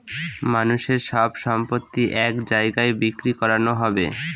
মানুষের সব সম্পত্তি এক জায়গায় বিক্রি করানো হবে